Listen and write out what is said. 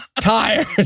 tired